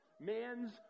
Man's